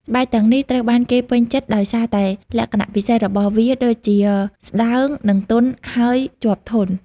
ស្បែកទាំងនេះត្រូវបានគេពេញចិត្តដោយសារតែលក្ខណៈពិសេសរបស់វាដូចជា ស្តើង និងទន់ ហើយជាប់ធន់។